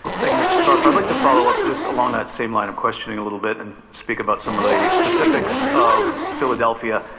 thank you mr. scarfo, i'd like to follow up just along that same line of questioning a little bit and speak about some of the specifics of philadelphia.